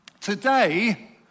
Today